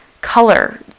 Color